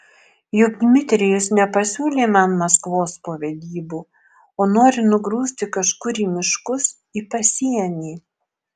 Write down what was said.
juk dmitrijus nepasiūlė man maskvos po vedybų o nori nugrūsti kažkur į miškus į pasienį